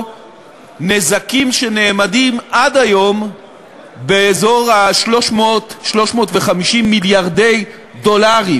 נזקים שנאמדים עד היום באזור 300 350 מיליארד דולרים,